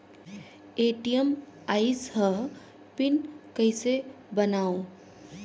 ATM आइस ह pin कइसे बनाओ?